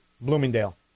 Bloomingdale